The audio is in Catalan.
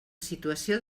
situació